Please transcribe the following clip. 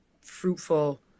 fruitful